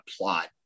plot